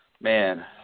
Man